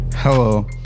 Hello